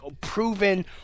proven